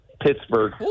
Pittsburgh